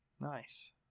Nice